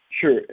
Sure